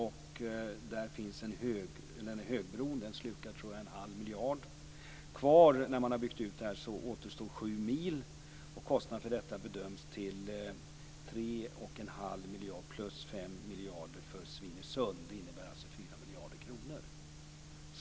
Jag tror att högbron slukar en halv miljard. Kvar efter denna utbyggnad återstår 7 mil. Kostnaden för detta bedöms bli 3 1⁄2 miljarder plus 5 miljarder för Svinesund. Det innebär 4 miljarder kronor.